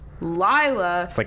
Lila